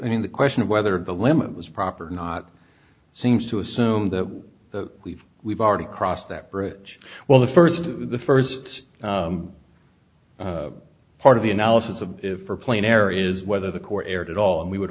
you mean the question of whether the limit was proper not seems to assume that we've we've already crossed that bridge well the first the first part of the analysis of for plane air is whether the corps erred at all and we would